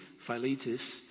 Philetus